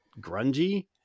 grungy